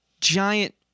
giant